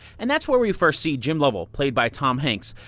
and that's where we first see jim lovell, played by tom hanks,